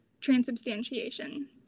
transubstantiation